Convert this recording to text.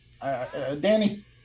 Danny